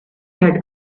had